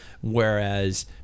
Whereas